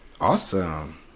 Awesome